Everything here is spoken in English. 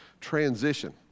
transition